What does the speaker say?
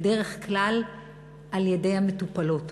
בדרך כלל על-ידי המטופלות.